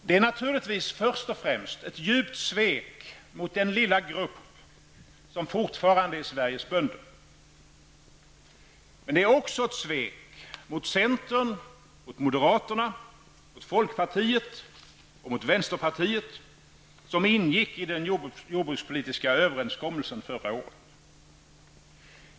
Det är naturligtvis först och främst ett djupt svek mot den lilla grupp som fortfarande är Sveriges bönder. Det är också ett svek mot centern, moderaterna, folkpartiet och vänsterpartiet som ingick i den jordbrukspolitiska överenskommelsen förra året.